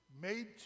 made